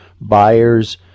buyers